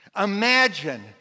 Imagine